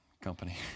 company